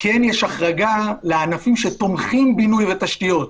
כן יש החרגה לענפים שתומכים בינוי ותשתיות,